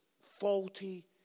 faulty